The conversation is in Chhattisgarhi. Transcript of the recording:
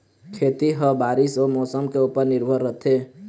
खेती ह बारीस अऊ मौसम के ऊपर निर्भर रथे